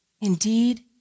Indeed